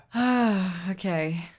Okay